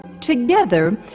Together